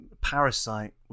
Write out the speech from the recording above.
Parasite